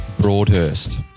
Broadhurst